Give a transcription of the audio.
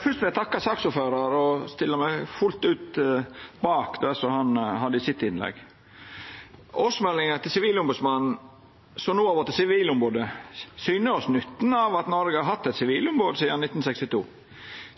Fyrst vil eg takka saksordføraren og stilla meg fullt ut bak det han sa i innlegget sitt. Årsmeldinga til Sivilombodsmannen, som no har vorte Sivilombodet, syner oss nytten av at Noreg har hatt eit sivilombod sidan 1962.